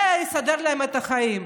זה יסדר להם את החיים.